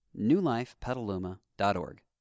newlifepetaluma.org